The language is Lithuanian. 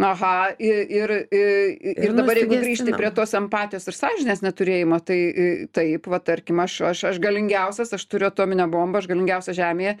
aha i ir i ir dabar jeigu grįžti prie tos empatijos ir sąžinės neturėjimo tai taip va tarkim aš aš aš galingiausias aš turiu atominę bombą aš galingiausias žemėje